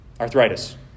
arthritis